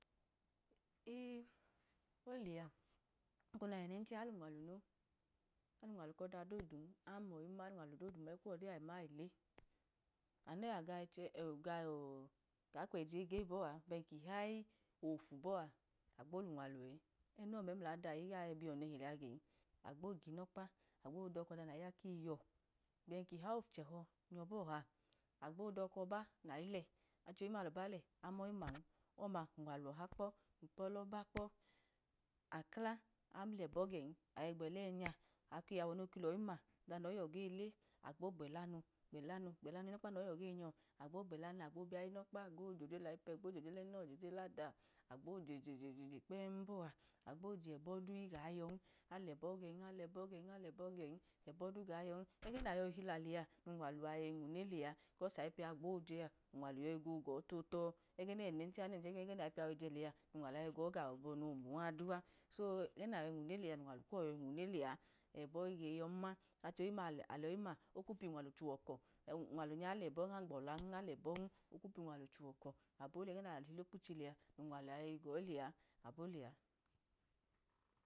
Il, oleya nmeko nawẹ nẹnchẹ a alunwalunon, alunwalu kọda dodun, anoyima alunwali koda dodun, ẹko de ayi ma ayile, anu naga ọ gakweji egeyi bọa, ben kihayi ofu bọa agbo lunwalu, e ẹnọ mẹmladaọ iya biyọ nche lẹa gen, agbo gunọkpa, agbo dọka nage ya kiyiyọ, be kihayi ofuchẹhọ, agbo doka ọba nayi lẹ, acholin ma lọba lẹ amoyi man, ọma unwalu ọha kpọ ipu ọle ọba kpọ akla alẹbọ gen, ayi gbẹch nya awọ noke loyi ma, ọda noyiyọ gele, agbo gbelnnu gbelnmu inu̱ ọkpa nọyi yọ genyọ agbo gbela mu, agbo biyayi inu ọkpa, agbo jodre layipẹ gbo jodre lẹbọ gbo jodre ldaọ, agbo jejeje kpẹm bọa, agbo je abọ gega yọn, alẹbọ gen, alebọ gen, alẹbọ gen, ẹbọ du ga yọn, ẹyẹ nayọyi tila lẹa lunwalu a yọyi nwane lẹa, kọs ayi pẹ a gbo jẹa unwalu agego totọ, ẹgẹ ne wẹnẹnchẹ mlẹgẹ nayipẹ yọyijẹ lea unwalua yọyi gaọ no muwa dua. So ẹgẹ nayi yọ nwune lẹa munwalu ko yọyi nwune lẹa, ẹbo̱ ige yọmma achohim ma alọyi ma okmu piya unwalu chọkọ chuwọ ọkọ, abolẹ ẹgẹ nahilokpitiche lẹa nunwalu a yọyi gọ lẹa, abolẹa.